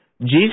Jesus